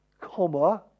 comma